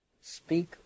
Speak